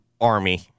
Army